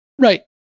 Right